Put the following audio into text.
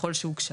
ככל שהוגשה.